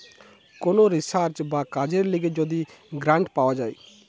কোন রিসার্চ বা কাজের লিগে যদি গ্রান্ট পাওয়া যায়